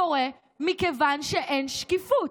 זה קורה מכיוון שאין שקיפות,